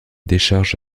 décharge